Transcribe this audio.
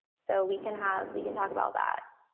so we can have we can talk about that.